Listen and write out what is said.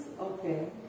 okay